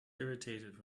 irritated